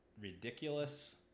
ridiculous –